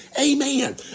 Amen